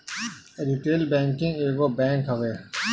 retail banking एगो bank हवे